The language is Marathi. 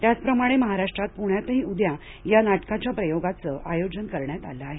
त्याचप्रमाणे महाराष्ट्रात पुण्यातही उद्या या नाटकाच्या प्रयोगाचं आयोजन करण्यात आलं आहे